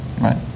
Right